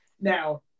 Now